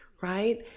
right